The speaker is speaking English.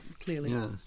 clearly